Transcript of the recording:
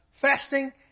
fasting